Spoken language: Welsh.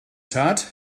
tad